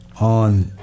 on